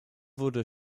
wurde